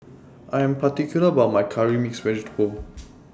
I Am particular about My Curry Mixed Vegetable